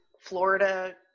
Florida